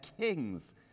kings